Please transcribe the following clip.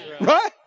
Right